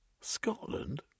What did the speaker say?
Scotland